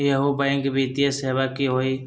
इहु बैंक वित्तीय सेवा की होई?